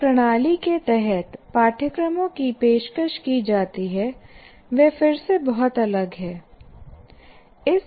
जिस प्रणाली के तहत पाठ्यक्रमों की पेशकश की जाती है वह फिर से बहुत अलग है